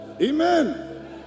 Amen